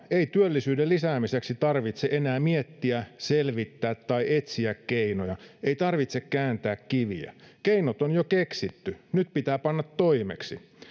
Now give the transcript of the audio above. ei työllisyyden lisäämiseksi tarvitse enää miettiä selvittää tai etsiä keinoja ei tarvitse kääntää kiviä keinot on jo keksitty nyt pitää panna toimeksi